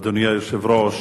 אדוני היושב-ראש,